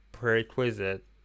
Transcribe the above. prerequisite